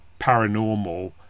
paranormal